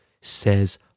says